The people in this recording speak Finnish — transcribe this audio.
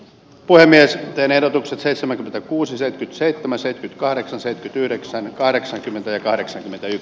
puhemies penedo seitsemänkymmentä kuusisen seittimäisen kahdeksan senttiä yhdeksän kahdeksankymmentäkahdeksan